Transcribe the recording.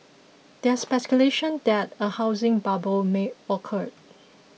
there is speculation that a housing bubble may occur